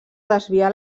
desviar